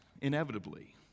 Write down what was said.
inevitably